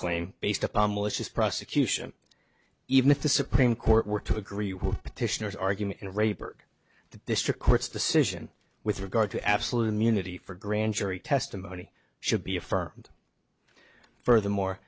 claim based upon malicious prosecution even if the supreme court were to agree with petitioners argument in raipur the district court's decision with regard to absolute munity for grand jury testimony should be affirmed furthermore